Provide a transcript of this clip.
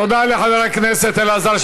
תודה לחבר הכנסת אלעזר,